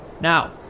Now